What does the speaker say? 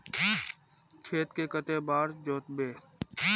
खेत के कते बार जोतबे?